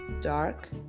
dark